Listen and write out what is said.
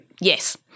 Yes